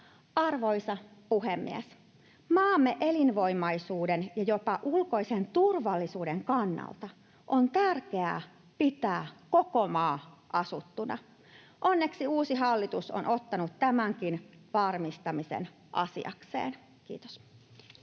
Arvoisa puhemies! Maamme elinvoimaisuuden ja jopa ulkoisen turvallisuuden kannalta on tärkeää pitää koko maa asuttuna. Onneksi uusi hallitus on ottanut tämänkin varmistamisen asiakseen. — Kiitos.